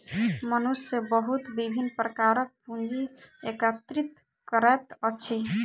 मनुष्य बहुत विभिन्न प्रकारक पूंजी एकत्रित करैत अछि